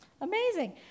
Amazing